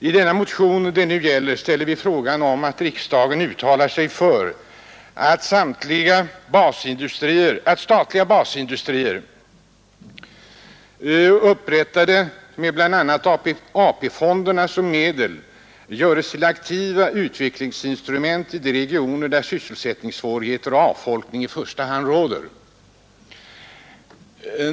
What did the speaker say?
I den motion det nu gäller kräver vi att riksdagen uttalar sig för att statliga basindustrier, upprättade med bl.a. AP-fonderna som medel, görs till aktiva utvecklingsinstrument i de regioner där sysselsättningssvårigheter och avfolkning i första hand råder.